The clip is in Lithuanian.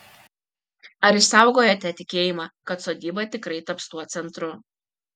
ar išsaugojote tikėjimą kad sodyba tikrai taps tuo centru